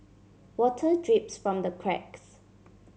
water drips from the cracks